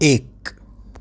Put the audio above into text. એક